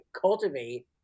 cultivate